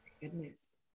Goodness